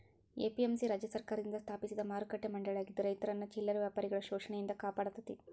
APMC ರಾಜ್ಯ ಸರ್ಕಾರದಿಂದ ಸ್ಥಾಪಿಸಿದ ಮಾರುಕಟ್ಟೆ ಮಂಡಳಿಯಾಗಿದ್ದು ರೈತರನ್ನ ಚಿಲ್ಲರೆ ವ್ಯಾಪಾರಿಗಳ ಶೋಷಣೆಯಿಂದ ಕಾಪಾಡತೇತಿ